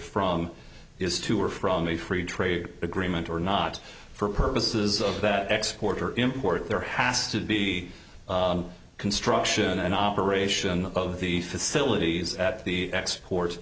from is to or from a free trade agreement or not for purposes of that export import there has to be construction an operation of these facilities at the export